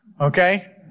Okay